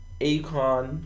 Akon